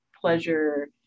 pleasure